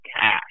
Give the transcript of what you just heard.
cash